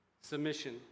Submission